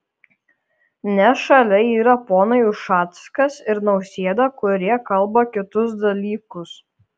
nes šalia yra ponai ušackas ir nausėda kurie kalba kitus dalykus